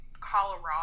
Colorado